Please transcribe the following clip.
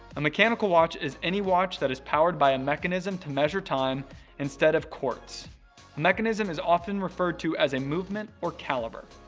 a mechanical watch is any watch that is powered by a mechanism to measure time instead of quartz mechanism is often referred to as a movement or caliber.